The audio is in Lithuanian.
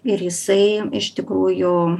ir jisai iš tikrųjų